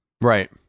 Right